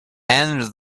and